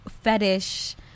fetish